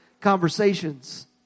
conversations